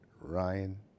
Ryan